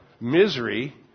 Misery